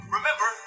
Remember